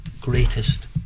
greatest